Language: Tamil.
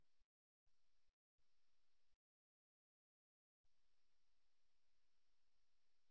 தொழில்முறை சூழ்நிலையில் சறுக்கும் பாதத்தின் மாறுபாடு டீடரிங் அடி என அழைக்கப்படுகிறது